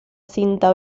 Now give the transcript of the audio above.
cinta